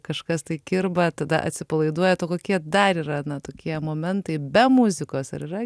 kažkas tai kirba tada atsipalaiduojat o kokie dar yra na tokie momentai be muzikos ar yra